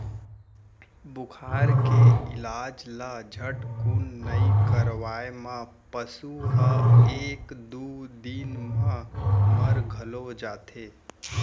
बुखार के इलाज ल झटकुन नइ करवाए म पसु ह एक दू दिन म मर घलौ जाथे